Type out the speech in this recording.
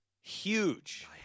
huge